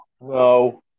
No